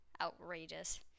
Outrageous